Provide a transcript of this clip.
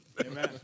Amen